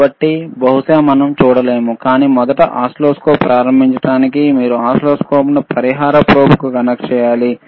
కాబట్టి బహుశా మనం చూడలేము కాని మొదట ఓసిల్లోస్కోప్ ప్రారంభించటానికి మీరు ఓసిల్లోస్కోప్ను పరిహార ప్రోబ్కు కనెక్ట్ చేయాలి